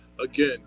Again